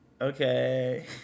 okay